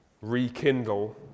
rekindle